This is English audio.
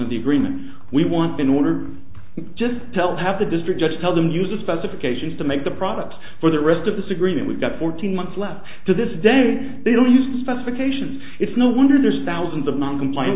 of the agreement we want in order just tell have the district judge tell them to use the specifications to make the product for the rest of this agreement we've got fourteen months left to this day they don't use the specifications it's no wonder there's thousands of noncomplian